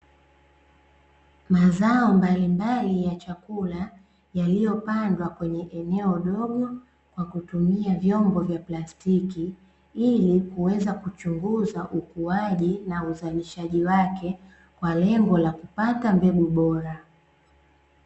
Mazao mbalimbali ya chakula yaliyopandwa kwenye eneo dogo kwa kutumia vyombo vya plastiki, ili kuweza kuchunguza ukuaji na uzalishaji wake kwa lengo la kupata mbegu bora.